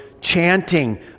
Chanting